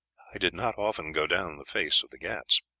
i did not often go down the face of the ghauts.